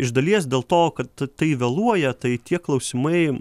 iš dalies dėl to kad tai vėluoja tai tie klausimai